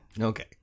Okay